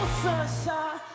sunshine